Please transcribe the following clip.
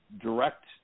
direct